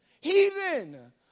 Heathen